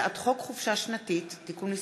הצעת חוק חופשה שנתית (תיקון מס'